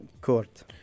court